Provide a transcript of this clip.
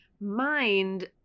mind